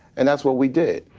and that's what we did.